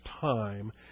time